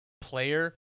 player